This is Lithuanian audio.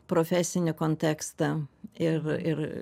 profesinį kontekstą ir ir